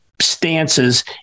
stances